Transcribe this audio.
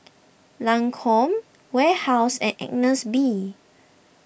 Lancome Warehouse and Agnes B